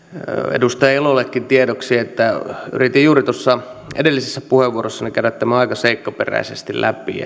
edustaja elollekin tiedoksi että yritin juuri tuossa edellisessä puheenvuorossani käydä tämän aika seikkaperäisesti läpi